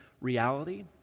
reality